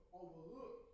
overlook